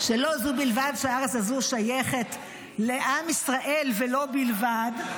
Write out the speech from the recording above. -- שלא זו בלבד שהארץ הזו שייכת לעם ישראל ולו בלבד,